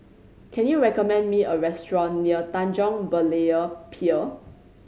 can you recommend me a restaurant near Tanjong Berlayer Pier